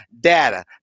data